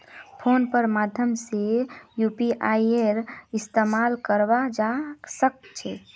phone पेर माध्यम से यूपीआईर इस्तेमाल करवा सक छी